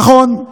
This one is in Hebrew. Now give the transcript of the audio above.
נכון,